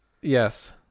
Yes